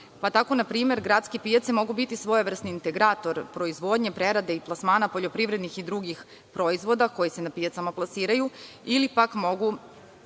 pa tako na primer gradske pijace mogu biti svojevrsni integrator proizvodnje, prerade i plasmana poljoprivrednih i drugih proizvoda koji se na pijacama plasiraju ili pak mogu